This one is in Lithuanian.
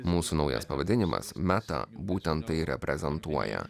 mūsų naujas pavadinimas meta būtent tai reprezentuoja